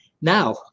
Now